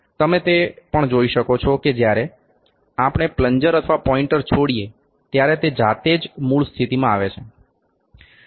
તમે તે પણ જોઈ શકો છો કે જ્યારે આપણે પ્લન્જર અથવા પોઇન્ટર છોડીએ ત્યારે તે જાતે જ મૂળ સ્થિતિમાં આવે છે